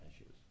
issues